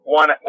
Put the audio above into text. one